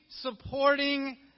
supporting